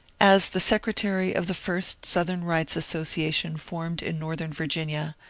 as the secretary of the first southern rights association formed in northern virginia,